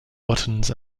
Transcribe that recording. buttons